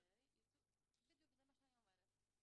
זה מה שאני אומרת.